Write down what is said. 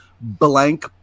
blank